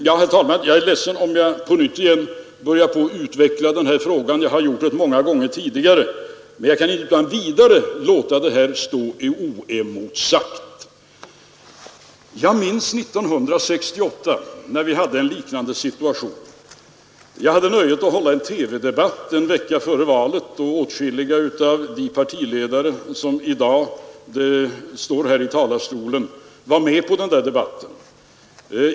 Jag är ledsen om jag på nytt börjar utveckla denna fråga — jag har gjort det många gånger tidigare — men jag kan inte utan vidare låta detta stå oemotsagt. Jag minns hur det var 1968, när vi hade en liknande situation. Jag hade nöjet delta i en TV-debatt en vecka för valet, och åtskilliga av de partiledare som i dag står här i talarstolen var med i den debatten.